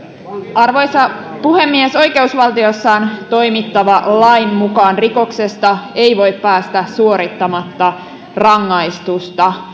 arvoisa puhemies oikeusvaltiossa on toimittava lain mukaan rikoksesta ei voi päästä suorittamatta rangaistusta